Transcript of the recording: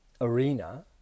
arena